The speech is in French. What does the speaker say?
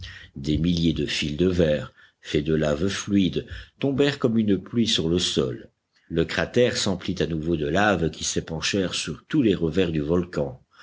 des milliers de fils de verre faits de laves fluides tombèrent comme une pluie sur le sol le cratère s'emplit à nouveau de laves qui s'épanchèrent sur tous les revers du volcan